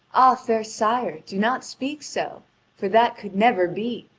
ah, fair sire, do not speak so for that could never be.